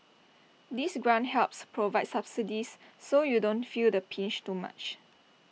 this grant helps provide subsidies so you don't feel the pinch too much